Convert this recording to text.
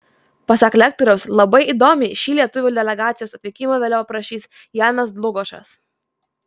pasak lektoriaus labai įdomiai šį lietuvių delegacijos atvykimą vėliau aprašys janas dlugošas